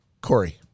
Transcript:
Corey